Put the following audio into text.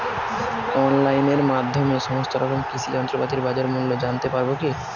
অনলাইনের মাধ্যমে সমস্ত রকম কৃষি যন্ত্রপাতির বাজার মূল্য জানতে পারবো কি?